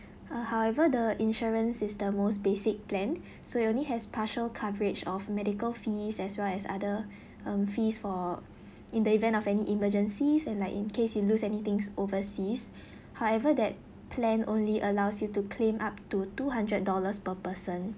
uh however the insurance is the most basic plan so it only has partial coverage of medical fees as well as other um fees for in the event of any emergencies and like in case you lose anythings overseas however that plan only allows you to claim up to two hundred dollars per person